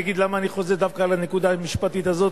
אני אגיד למה אני חוזר דווקא לנקודה המשפטית הזאת,